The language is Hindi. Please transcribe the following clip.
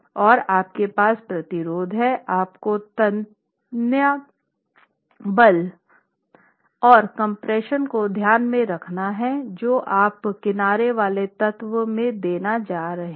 और आपके पास प्रतिरोध है आपको तन्यता बल और कम्प्रेशन को ध्यान में रखना है जो आप किनारे वाले तत्व में देने जा रहे हैं